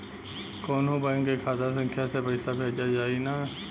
कौन्हू बैंक के खाता संख्या से पैसा भेजा जाई न?